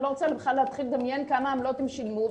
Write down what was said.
אני לא רוצה בכלל להתחיל לדמיין כמה עמלות הם שילמו,